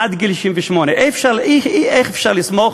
עד גיל 68. איך אפשר לסמוך